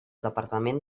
departament